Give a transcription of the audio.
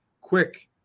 quick